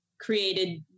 created